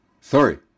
Sorry